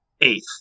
eighth